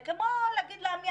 זה כמו לומר להם,